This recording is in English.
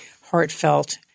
heartfelt